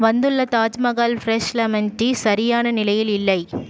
வந்துள்ள Taj Mahal fresh lemon tea சரியான நிலையில் இல்லை